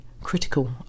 critical